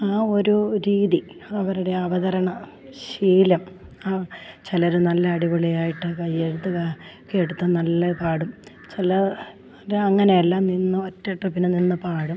ആ ഒരു രീതി അവരുടെ അവതരണ ശീലം ആ ചിലർ നല്ല അടിപൊളി ആയിട്ട് കയ്യെടുത്തുകാ കെടുത്ത് നല്ല പാടും ചിലർ അങ്ങനെ അല്ല നിന്ന് ഒറ്റ ട്രിപ്പിന് നിന്ന് പാടും